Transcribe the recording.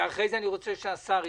אחרי זה אני רוצה שהשר יתייחס,